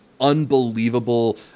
unbelievable